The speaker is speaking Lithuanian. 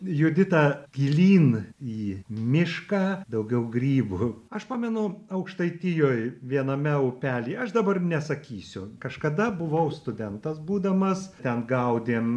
judita gilyn į mišką daugiau grybų aš pamenu aukštaitijoj viename upelyje aš dabar nesakysiu kažkada buvau studentas būdamas ten gaudėm